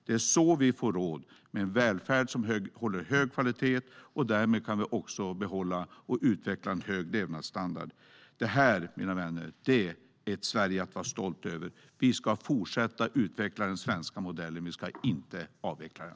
Det är så vi får råd med en välfärd som håller hög kvalitet, och därmed kan vi också behålla och utveckla en hög levnadsstandard. Detta, mina vänner, är ett Sverige att vara stolt över! Vi ska fortsätta utveckla den svenska modellen. Vi ska inte avveckla den.